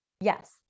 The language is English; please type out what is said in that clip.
Yes